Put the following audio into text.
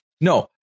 no